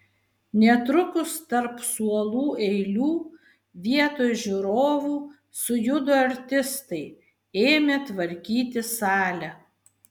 netrukus tarp suolų eilių vietoj žiūrovų sujudo artistai ėmė tvarkyti salę